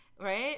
right